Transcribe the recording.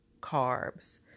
carbs